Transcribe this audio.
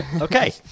Okay